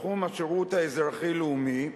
לתחום השירות האזרחי-לאומי,